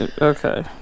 Okay